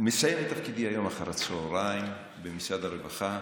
מסיים את תפקידי היום אחר הצוהריים במשרד הרווחה,